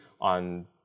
on